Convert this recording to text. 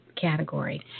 category